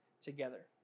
together